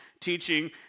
teaching